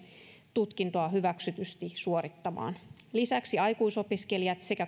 tutkintoa hyväksytysti suorittamaan lisäksi aikuisopiskelijoiden sekä